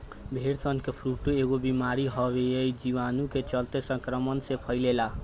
भेड़सन में फुट्रोट एगो बिमारी हवे आ इ जीवाणु के चलते संक्रमण से फइले ला